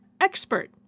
expert